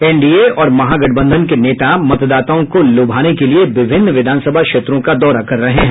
NDA और महागठबंधन के नेता मतदाताओं को लुभाने के लिए विभिन्न विधानसभा क्षेत्रों का दौरा कर रहे हैं